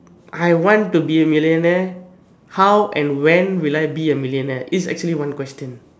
I want to be a millionaire how and when will I be a millionaire this is actually one question